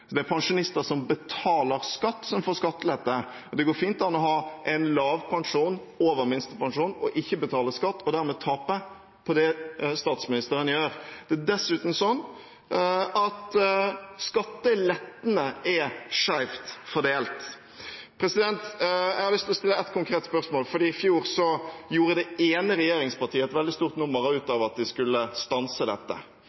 Det er pensjonister som betaler skatt, som får skattelette. Det går fint an å ha en lavpensjon over minstepensjonen og ikke betale skatt, og dermed tape på det statsministeren gjør. Det er dessuten sånn at skattelettene er skeivt fordelt. Jeg har lyst til å stille ett konkret spørsmål. I fjor gjorde det ene regjeringspartiet et veldig stort nummer